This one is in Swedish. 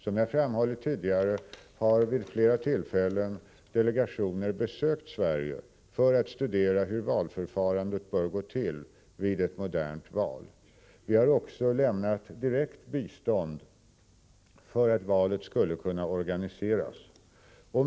Som jag framhållit tidigare, har vid flera tillfällen delegationer besökt Sverige för att studera hur valförfaran förhindra exploatering av minderårig arbetskraft i bl.a. Sydostasien det bör gå till vid ett modernt val. Vi har också lämnat direkt bistånd för att valet skulle kunna organiseras.